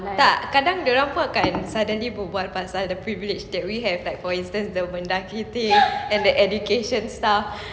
tak kadang dia orang akan suddenly berbual pasal the privilege that we have for example the Mendaki thing and the education stuff